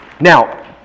Now